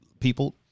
People